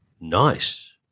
nice